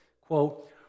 quote